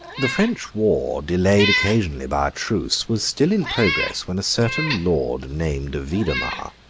the french war, delayed occasionally by a truce, was still in progress when a certain lord named vidomar,